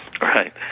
Right